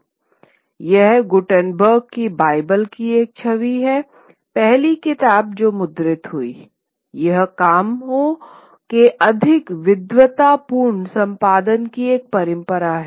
यह गुटेनबर्ग की बाइबिल की एक छवि है पहली किताब जो मुद्रित हुई यह कामों के अधिक विद्वतापूर्ण संपादन की एक परंपरा है